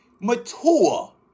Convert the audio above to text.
mature